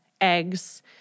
eggs